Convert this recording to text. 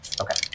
Okay